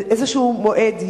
איזה מועד,